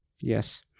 Yes